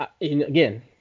Again